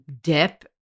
dip